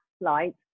light